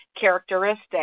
characteristic